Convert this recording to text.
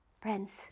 friends